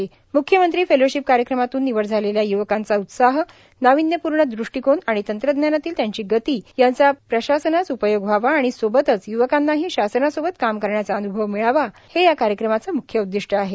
म्ख्यमंत्री फेलोशिप कार्यक्रमातून निवड झालेल्या युवकांचा उत्साह नावीन्यपूर्ण दृष्टिकोन व तंत्रज्ञानातील त्यांची गती यांचा प्रशासनास उपयोग व्हावा आणि सोबतच य्वकांनाही शासनासोबत काम करण्याचा अन्भव मिळावाहे या कार्यक्रमाचं म्ख्य उद्दिष्ट आहे